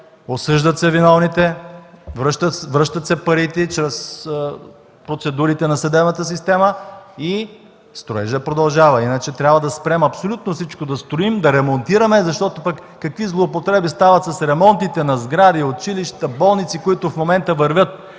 осъждат се виновните, връщат се парите чрез процедурите на съдебната система и строежът продължава. Иначе трябва да спрем абсолютно всичко да строим, да ремонтираме. Защото пък какви злоупотреби стават с ремонтите на сгради, училища, болници, които в момента вървят